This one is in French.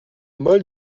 mole